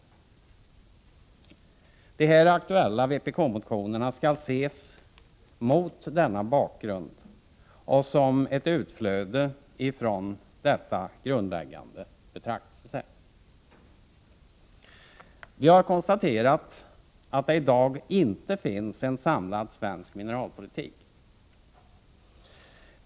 De här aktuella vpk-motionerna skall ses mot denna bakgrund och som ett utflöde från detta grundläggande betraktelsesätt. Vi har konstaterat att det i dag inte finns en samlad svensk mineralpolitik.